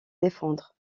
défendre